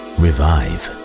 revive